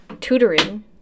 tutoring